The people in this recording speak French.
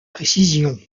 précision